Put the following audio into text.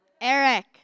Eric